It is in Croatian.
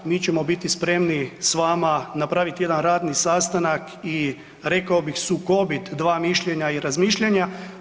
Mi ćemo biti spremni s vama napraviti jedan radni sastanak i rekao bih sukobit dva mišljenja i razmišljanja.